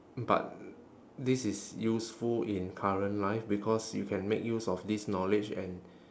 but this is useful in current life because you can make use of this knowledge and